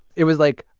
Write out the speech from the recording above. it was, like,